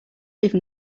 even